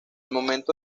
momento